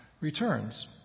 returns